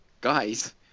guys